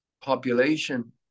population